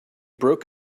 broke